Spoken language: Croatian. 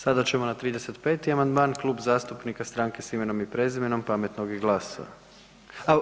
Sada ćemo na 35. amandman, Klub zastupnika Stranke s imenom i prezimenom, Pametnog i GLAS-a.